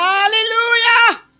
Hallelujah